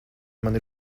mani